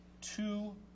two